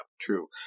true